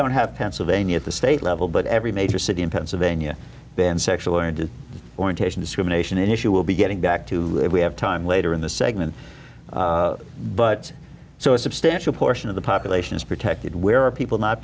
don't have pennsylvania at the state level but every major city in pennsylvania been sexual in to discrimination issue will be getting back to we have time later in the segment but so a substantial portion of the population is protected where are people not